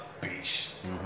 beast